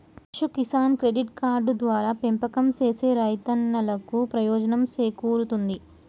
పశు Kisan credit card ద్వారా పెంపకం సేసే రైతన్నలకు ప్రయోజనం సేకూరుతుంది